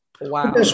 wow